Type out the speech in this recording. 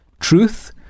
truth